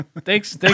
Thanks